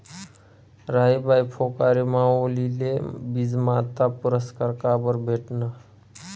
राहीबाई फोफरे माउलीले बीजमाता पुरस्कार काबरं भेटना?